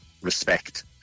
respect